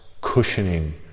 cushioning